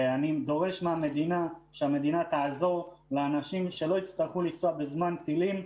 ולכן אני דורש שהמדינה תעזור לאנשים שלא יצטרכו לנסוע בזמן טילים,